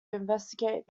investigate